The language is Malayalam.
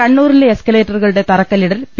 കണ്ണൂരിലെ എസ്കലേറ്ററുകളുടെ തറക്കല്ലിടൽ പി